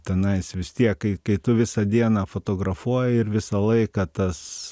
tenais vis tiek kai kai tu visą dieną fotografuoji ir visą laiką tas